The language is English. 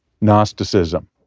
Gnosticism